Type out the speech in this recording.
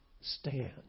stand